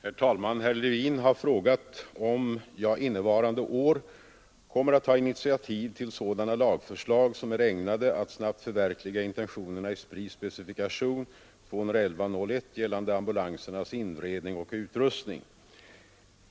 Herr talman! Herr Levin har frågat om jag innevarande år kommer att ta initiativ till sådana lagförslag, som är ägnade att snabbt förverkliga intentionerna i SPRI:s specifikation 211 01 gällande ambulansers inredning och utrustning.